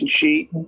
sheet